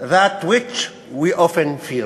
that which we often fear,